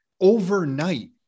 overnight